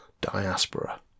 diaspora